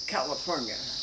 California